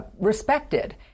respected